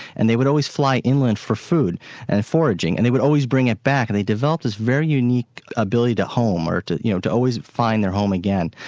and they would always fly inland for food and foraging, and they would bring it back, and they developed this very unique ability to home, or to you know to always find their home again.